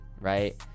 right